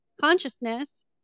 consciousness